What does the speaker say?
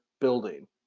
building